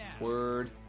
word